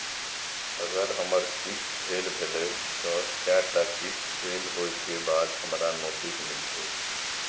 अगर हमर किस्त फैल भेलय त कै टा किस्त फैल होय के बाद हमरा नोटिस मिलते?